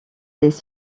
les